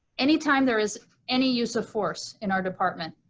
anytime there is any use of force in our department,